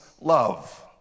love